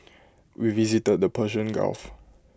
we visited the Persian gulf